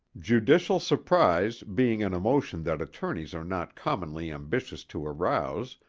judicial surprise being an emotion that attorneys are not commonly ambitious to arouse,